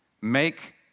Make